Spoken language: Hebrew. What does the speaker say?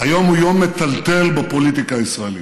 היום הוא יום מטלטל בפוליטיקה הישראלית.